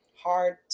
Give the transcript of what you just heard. hard